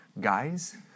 guys